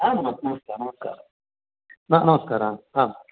आम् आम् नमस्काराः नमस्काराः